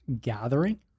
gathering